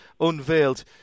unveiled